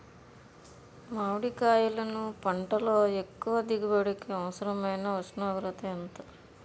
మామిడికాయలును పంటలో ఎక్కువ దిగుబడికి అవసరమైన ఉష్ణోగ్రత ఎంత?